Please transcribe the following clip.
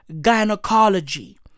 gynecology